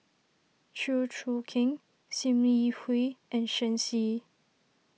Chew Choo Keng Sim Yi Hui and Shen Xi